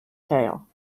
tail